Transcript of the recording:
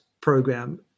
program